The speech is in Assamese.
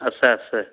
আছে আছে